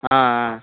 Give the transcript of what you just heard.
ஆ ஆ